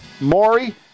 Maury